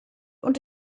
und